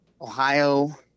Ohio